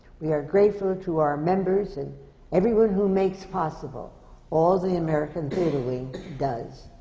we are grateful to our members and everyone who makes possible all the american theatre wing does.